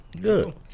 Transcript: good